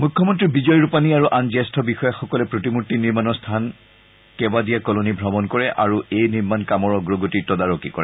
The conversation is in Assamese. মুখ্যমন্ত্ৰী বিজয় ৰূপানী আৰু আন জ্যেষ্ঠ বিষয়াসকলে প্ৰতিমূৰ্তি নিৰ্মণ স্থান কেবাদিয়া ক'লনি ভ্ৰমণ কৰে আৰু এই নিৰ্মাণ কামৰ অগ্ৰগতিৰ তদাৰক কৰে